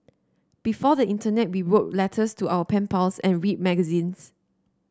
before the internet we wrote letters to our pen pals and read magazines